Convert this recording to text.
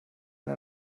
der